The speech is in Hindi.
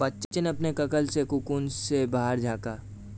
बच्चे ने अपने कंबल के कोकून से बाहर झाँका